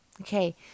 okay